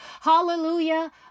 Hallelujah